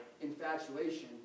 infatuation